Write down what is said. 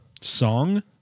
Song